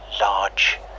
large